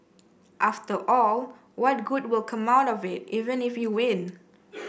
after all what good will come out of it even if you win